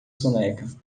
soneca